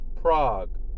Prague